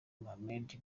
mohammed